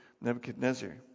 Nebuchadnezzar